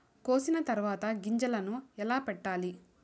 కోసిన తర్వాత గింజలను ఎలా పెట్టాలి